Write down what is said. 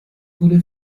wurde